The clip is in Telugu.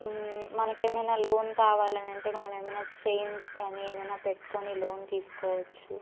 మనకేమైనా లోన్ కావాలంటే మనం ఏమైనా చైన్ కానీ ఎమన్నాపెట్టుకుని లోన్ తీసుకోవచ్చు